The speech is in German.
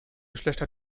schlechter